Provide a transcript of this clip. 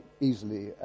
easily